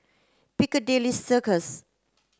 Piccadilly Circus